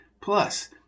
Plus